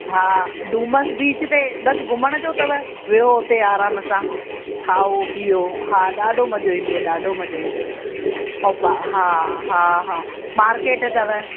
हा डूमर्स बीच ते बसि घुमण जो अथव विहो उते आराम सां खाओ पीओ हा ॾाढो मज़ो ईंदव ॾाढो मज़ो ईंदव ऐं पा हा हा मार्केट अथव